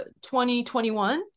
2021